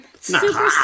Super